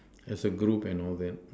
as a group and all that